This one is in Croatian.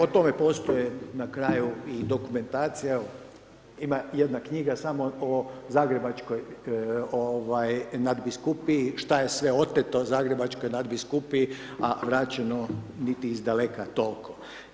O tome postoji na kraju i dokumentacija, ima jedna knjiga samo o Zagrebačkoj nadbiskupiji, šta je sve oteto Zagrebačkoj nadbiskupiji a vraćeno niti izdaleka toliko.